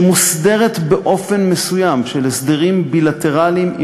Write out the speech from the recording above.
שמוסדרת באופן מסוים בהסדרים בילטרליים,